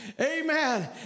Amen